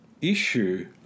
issue